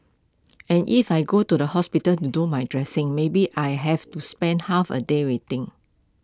and if I go to the hospital to do my dressing maybe I have to spend half A day waiting